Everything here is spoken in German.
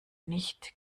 nicht